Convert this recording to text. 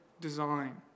design